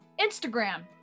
Instagram